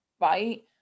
right